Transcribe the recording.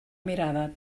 mirada